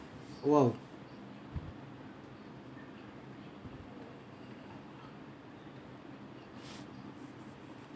!wow!